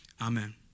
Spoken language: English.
Amen